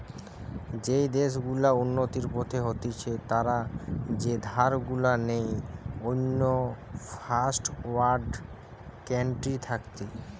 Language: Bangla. যেই দেশ গুলা উন্নতির পথে হতিছে তারা যে ধার গুলা নেই অন্য ফার্স্ট ওয়ার্ল্ড কান্ট্রি থাকতি